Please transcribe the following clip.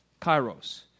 Kairos